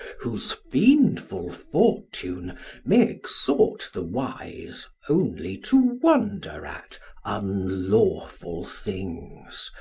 whose fiendful fortune may exhort the wise, only to wonder at unlawful things,